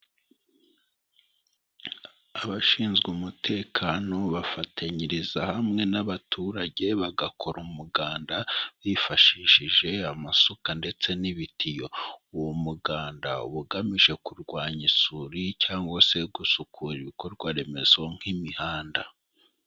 Abashinzwe umutekano bafatanyiriza hamwe n'abaturage bagakora umuganda bifashishije amasuka ndetse n'ibitiyo, uwo muganda uba ugamije kurwanya isuri cyangwa se gusukura ibikorwaremezo nk'imihanda.